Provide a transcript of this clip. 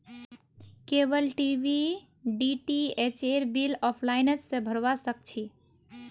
cable TV डीटीएचेर bill offline स भरवा सक छी